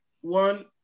one